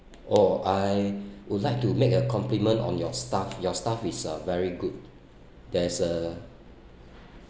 oh I would like to make a compliment on your staff your staff is a very good there is a